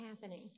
happening